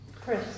Chris